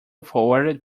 forwarded